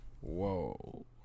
Whoa